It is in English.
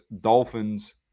Dolphins